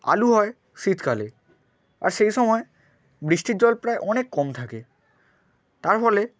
আলু হয় শীতকালে আর সেই সময় বৃষ্টির জল প্রায় অনেক কম থাকে তার ফলে